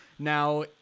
Now